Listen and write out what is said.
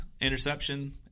interception